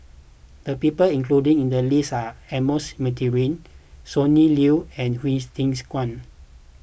the people included in the list are Ernest Monteiro Sonny Liew and Hsu Tse Kwang